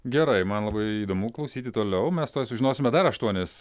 gerai man labai įdomu klausyti toliau mes tuoj sužinosime dar aštuonis